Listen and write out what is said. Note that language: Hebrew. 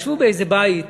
ישבו באיזה בית